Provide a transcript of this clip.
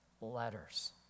letters